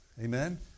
Amen